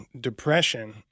depression